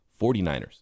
49ers